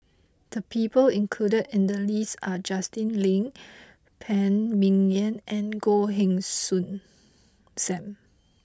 the people included in the list are Justin Lean Phan Ming Yen and Goh Heng Soon Sam